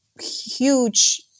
huge